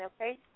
okay